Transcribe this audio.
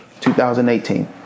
2018